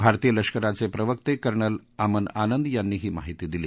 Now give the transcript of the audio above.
भारतीय लष्कराचे प्रवक्ते कर्नल अमन आनंद यांनी ही माहिती दिली